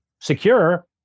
secure